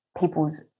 people's